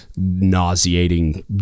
nauseating